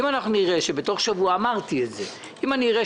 אני אשמח